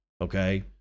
Okay